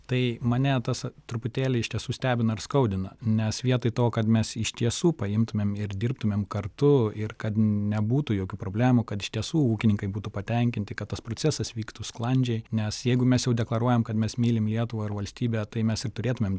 tai mane tas truputėlį iš tiesų stebina ir skaudina nes vietoj to kad mes iš tiesų paimtumėm ir dirbtumėm kartu ir kad nebūtų jokių problemų kad iš tiesų ūkininkai būtų patenkinti kad tas procesas vyktų sklandžiai nes jeigu mes jau deklaruojam kad mes mylim lietuvą ir valstybę tai mes ir turėtumėm